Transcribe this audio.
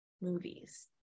movies